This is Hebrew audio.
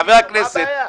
מה הבעיה?